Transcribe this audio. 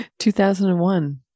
2001